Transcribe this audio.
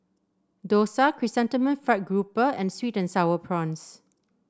dosa Chrysanthemum Fried Grouper and sweet and sour prawns